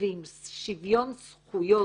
ועם שוויון זכויות,